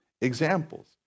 examples